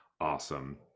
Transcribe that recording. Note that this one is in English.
awesome